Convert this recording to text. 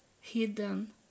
hidden